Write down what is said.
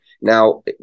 Now